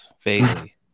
vaguely